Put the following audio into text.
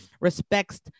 respects